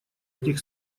этих